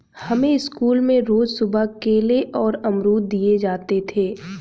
हमें स्कूल में रोज सुबह केले और अमरुद दिए जाते थे